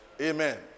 Amen